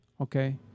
Okay